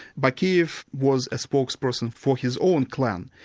bakiev was a spokesperson for his own clan,